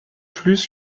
plus